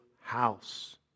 house